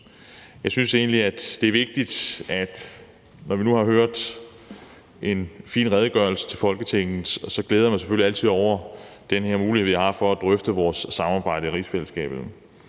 som vi jo egentlig skal have i dag her. Når vi nu har hørt en fin redegørelse til Folketinget, glæder jeg mig selvfølgelig altid over den her mulighed, vi har for at drøfte vores samarbejde i rigsfællesskabet.